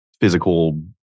physical